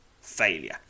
Failure